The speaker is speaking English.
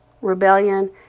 rebellion